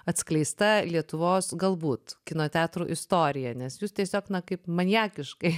atskleista lietuvos galbūt kino teatrų istorija nes jūs tiesiog na kaip maniakiškai